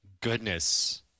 goodness